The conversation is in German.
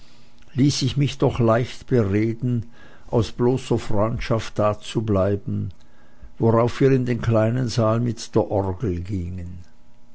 ließ ich mich doch leicht bereden aus bloßer freundschaft dazubleiben worauf wir in den kleinen saal mit der orgel gingen